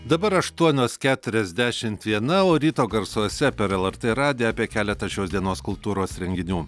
dabar aštuonios keturiasdešimt viena o ryto garsuose per lrt radiją apie keletą šios dienos kultūros renginių